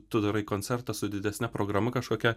tu darai koncertą su didesne programa kažkokia